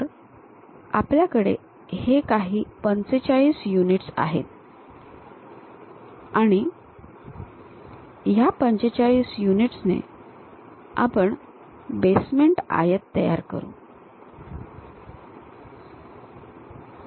तर आपल्याकडे हे काही 45 युनिट्स आहेत आणि ह्या 45 युनिट्स ने आपण बेसमेंट आयत तयार करु